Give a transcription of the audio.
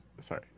sorry